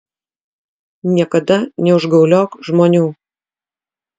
niekada neužgauliok žmonių